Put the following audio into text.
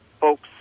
folks